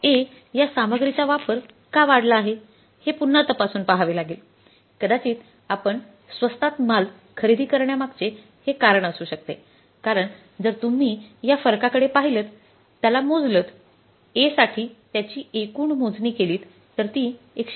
A या सामग्रीचा वापर का वाढला आहे हे पुन्हा तपासून पहावे लागेल कदाचित आपण स्वस्तात माल खरेदी करण्यामागचे हे कारण असू शकतेकारण जर तुम्ही या फरकाकडे पाहिलंत त्याला मोजलत A साठी त्याची एकूण मोजणी केलीत तर ती 198